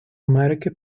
америки